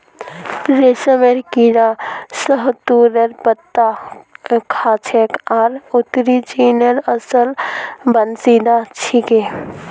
रेशमेर कीड़ा शहतूतेर पत्ता खाछेक आर उत्तरी चीनेर असल बाशिंदा छिके